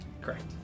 Correct